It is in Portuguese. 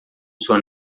sua